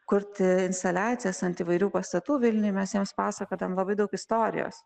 kurti instaliacijas ant įvairių pastatų vilniuj mes jiems pasakodavom labai daug istorijos